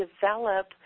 develop